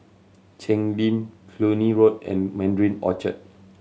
Cheng Lim Cluny Road and Mandarin Orchard